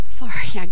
sorry